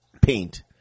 paint